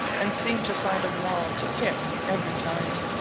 and seemed to find a wall to hit every time.